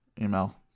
email